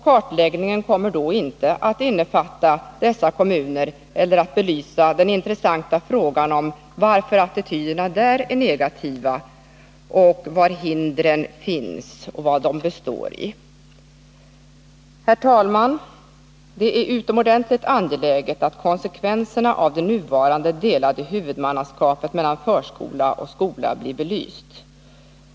Kartläggningen kommer då inte att omfatta dessa kommuner eller belysa den intressanta frågan om varför attityderna där är negativa, var hindren finns och vad de består av. Herr talman! Det är utomordentligt angeläget att konsekvenserna av det nuvarande delade huvudmannaskapet för förskola och skola blir belysta.